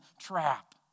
trap